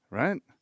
right